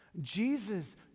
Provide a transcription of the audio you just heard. Jesus